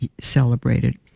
celebrated